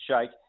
shake